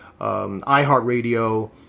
iHeartRadio